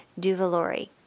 Duvalori